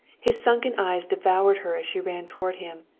his sunken eyes devoured her as she ran toward him.